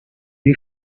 you